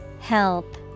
Help